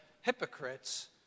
hypocrites